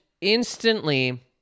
instantly